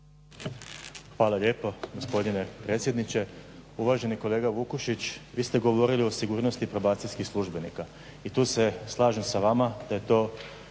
Hvala lijepo gospodine predsjedniče. Uvaženi kolega Vukšić vi ste govorili o sigurnosti probacijskih službenika i tu se slažem sa vama da je to